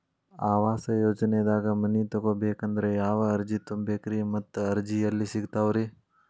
ಆವಾಸ ಯೋಜನೆದಾಗ ಮನಿ ತೊಗೋಬೇಕಂದ್ರ ಯಾವ ಅರ್ಜಿ ತುಂಬೇಕ್ರಿ ಮತ್ತ ಅರ್ಜಿ ಎಲ್ಲಿ ಸಿಗತಾವ್ರಿ?